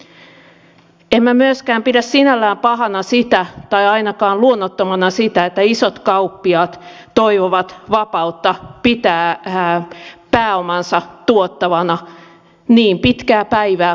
en minä myöskään pidä sinällään pahana tai ainakaan luonnottomana sitä että isot kauppiaat toivovat vapautta pitää pääomansa tuottavana niin pitkää päivää kuin mahdollista